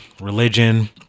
religion